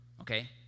okay